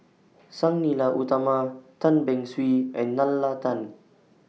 Sang Nila Utama Tan Beng Swee and Nalla Tan